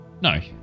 No